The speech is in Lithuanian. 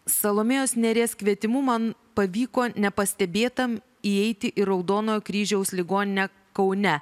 salomėjos nėries kvietimu man pavyko nepastebėtam įeiti į raudonojo kryžiaus ligoninę kaune